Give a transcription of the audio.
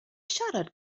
siarad